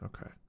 Okay